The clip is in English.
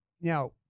now